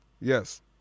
Yes